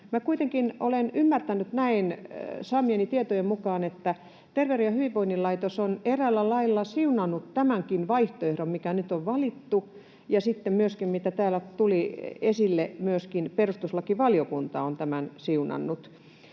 kuitenkin olen ymmärtänyt saamieni tietojen mukaan näin, että Terveyden ja hyvinvoinnin laitos on eräällä lailla siunannut tämänkin vaihtoehdon, mikä nyt on valittu, ja myöskin perustuslakivaliokunta, kuten